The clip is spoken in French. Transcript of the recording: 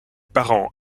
parents